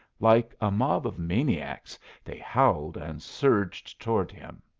like a mob of maniacs they howled and surged toward him.